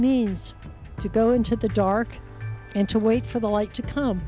means to go into the dark and to wait for the like to come